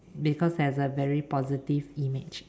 because there's a very positive image